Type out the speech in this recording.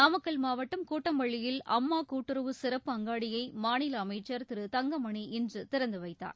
நாமக்கல் மாவட்டம் கூட்டம்பள்ளியில் அம்மா கூட்டுறவு சிறப்பு அங்காடியை மாநில அமைச்சர் திரு தங்கமணி இன்று திறந்து வைத்தார்